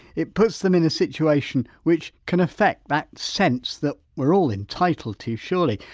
it puts them in a situation which can affect that sense, that we're all entitled to surely,